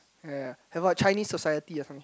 yea yea have a Chinese society ah